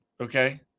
Okay